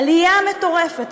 עלייה מטורפת.